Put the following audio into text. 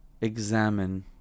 examine